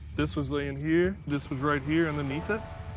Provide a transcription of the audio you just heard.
this was laying here. this was right here underneath it.